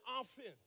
offense